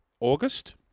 August